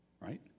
right